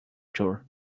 tour